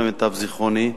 למיטב זיכרוני,